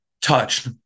touched